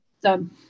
Done